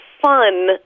Fun